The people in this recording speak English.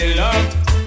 love